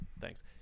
Thanks